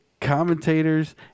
commentators